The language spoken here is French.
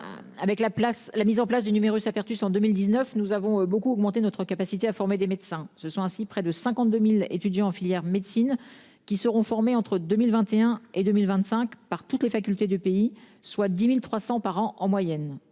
place. La mise en place du numerus apertus en 2019, nous avons beaucoup augmenté notre capacité à former des médecins, ce sont ainsi près de 52.000 étudiants en filière médecine qui seront formés entre 2021 et 2025 par toutes les facultés du pays, soit 10.300 par an en moyenne.